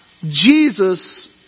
Jesus